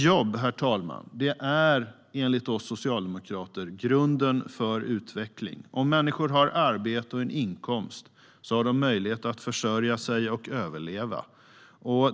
Jobb, herr talman, är nämligen enligt oss socialdemokrater grunden för utveckling. Om människor har arbete och en inkomst har de möjlighet att försörja sig och överleva.